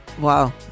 wow